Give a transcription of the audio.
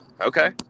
Okay